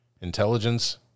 Intelligence